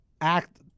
act